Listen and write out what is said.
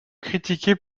critiqué